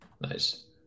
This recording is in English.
Nice